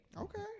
Okay